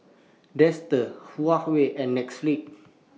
Dester Huawei and